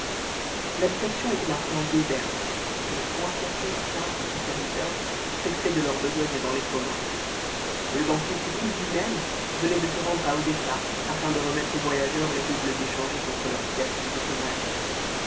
l'habitation était maintenant déserte à ne point compter cinq ou six serviteurs qui s'occupaient de leur besogne dans les communs le banquier sélim lui-même venait de se rendre à odessa afin de remettre aux voyageurs les roubles échangés contre leurs piastres ottomanes